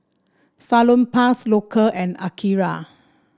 Salonpas Loacker and Akira